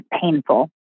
painful